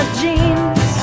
jeans